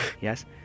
yes